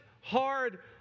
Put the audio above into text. hard